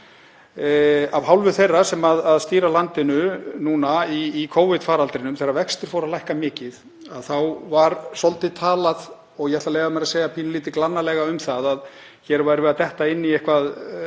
af hálfu þeirra sem stýra landinu núna í Covid-faraldrinum. Þegar vextir fóru að lækka mikið þá var svolítið talað um, ég ætla að leyfa mér að segja pínulítið glannalega, að hér værum við að detta inn í eitthvert